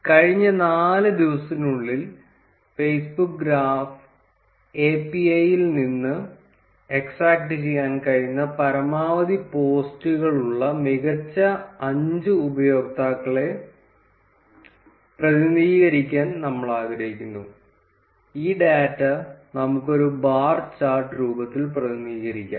കഴിഞ്ഞ നാല് ദിവസത്തിനുള്ളിൽ ഫേസ്ബുക്ക് ഗ്രാഫ് api യിൽ നിന്ന് എക്സ്ട്രാക്റ്റുചെയ്യാൻ കഴിയുന്ന പരമാവധി പോസ്റ്റുകളുള്ള മികച്ച 5 ഉപയോക്താക്കളെ പ്രതിനിധീകരിക്കാൻ നമ്മൾ ആഗ്രഹിക്കുന്നു ഈ ഡാറ്റ നമുക്ക് ഒരു ബാർ ചാർട്ട് രൂപത്തിൽ പ്രതിനിധീകരിക്കാം